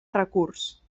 recurs